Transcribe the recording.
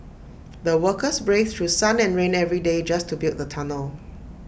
the workers braved through sun and rain every day just to build the tunnel